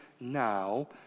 now